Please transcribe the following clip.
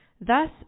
Thus